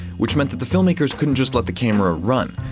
which meant that the filmmakers couldn't just let the camera run.